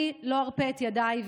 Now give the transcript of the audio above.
אני לא ארפה את ידיי,